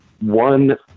one